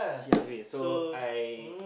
she younger so I